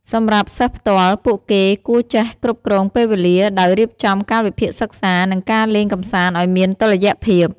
សម្រាប់សិស្សផ្ទាល់ ពួកគេគួរចេះគ្រប់គ្រងពេលវេលា ដោយរៀបចំកាលវិភាគសិក្សា និងការលេងកម្សាន្តឱ្យមានតុល្យភាព។